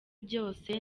byose